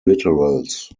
literals